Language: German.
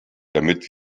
damit